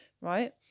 right